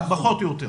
פחות או יותר.